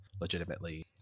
legitimately